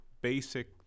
basic